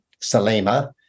Salima